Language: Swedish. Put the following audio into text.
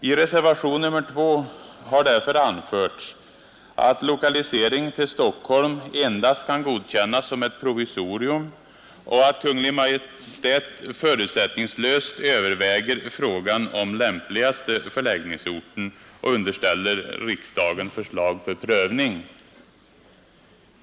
I reservationen 2 har därför anförts att lokalisering till Stockholm endast kan godkännas som ett provisorium och att Kungl. Maj:t förutsättningslöst överväger frågan om lämpligaste förläggningsorten och underställer riksdagen förslag för prövning.